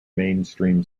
mainstream